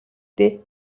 дээ